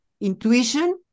intuition